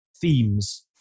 themes